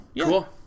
cool